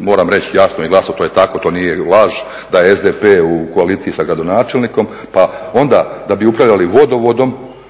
moram reći jasno i glasno, to je tako, to nije laž, da je SDP u koaliciji sa gradonačelnikom pa onda da bi upravljali vodovodom